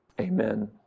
Amen